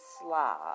slob